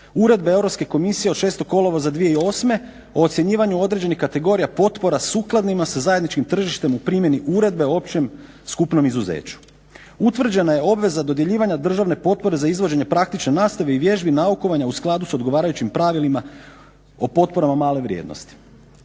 uredbe Europske komisije od 6.kolovoza o ocjenjivanju određenih kategorija potporama sukladnima sa zajedničkim tržištem u primjeni uredbe o općem skupnom izuzeću. Utvrđena je obveza dodjeljivanja državne potpore za izvođenje praktične nastave i vježbi naukovanja u skladu sa odgovarajućim pravilima o potporama male vrijednosti.